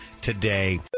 today